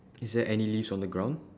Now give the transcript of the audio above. is there any leaves on the ground